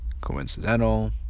coincidental